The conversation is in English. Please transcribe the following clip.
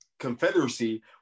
Confederacy